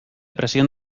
presión